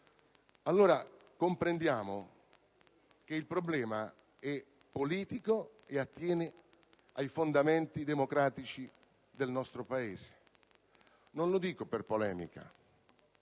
allora comprendiamo che il problema è politico e attiene ai fondamenti democratici del nostro Paese. Non lo dico per polemica.